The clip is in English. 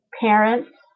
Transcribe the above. parents